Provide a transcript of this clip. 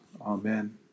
Amen